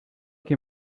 que